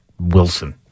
Wilson